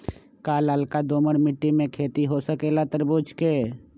का लालका दोमर मिट्टी में खेती हो सकेला तरबूज के?